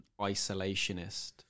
isolationist